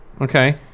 Okay